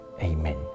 Amen